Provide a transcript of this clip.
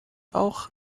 auch